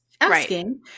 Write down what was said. asking